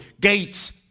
Gates